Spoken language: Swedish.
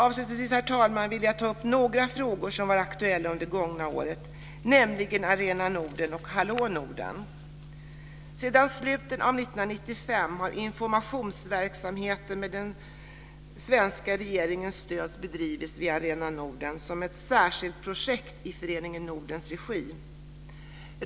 Avslutningsvis, herr talman, vill jag ta upp några frågor som var aktuella under det gångna året, nämligen Arena Norden och Hallå Norden. Sedan slutet av 1995 har informationsverksamhet med den svenska regeringens stöd bedrivits vid Arena Norden som ett särskilt projekt i Föreningen Nordens regi.